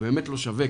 באמת לא שווה,